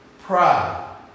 Pride